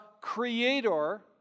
Creator